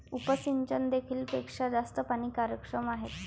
उपसिंचन देखील पेक्षा जास्त पाणी कार्यक्षम आहे